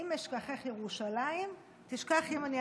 אם אשכחך ירושלים תשכח ימיני.